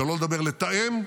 שלא לדבר, לתאם,